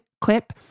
clip